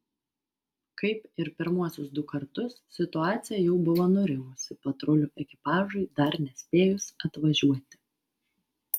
kaip ir pirmuosius du kartus situacija jau buvo nurimusi patrulių ekipažui dar nespėjus atvažiuoti